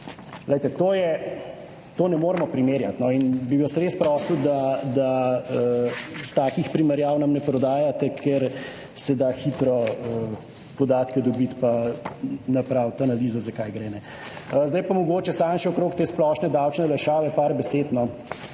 to ne moremo primerjati. In bi vas res prosil, da da takih primerjav nam ne prodajate, ker se da hitro podatke dobiti pa napraviti analizo za kaj gre. Zdaj pa mogoče samo še okrog te splošne davčne olajšave, par besed,